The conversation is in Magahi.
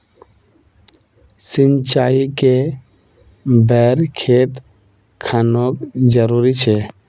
सिंचाई कै बार खेत खानोक जरुरी छै?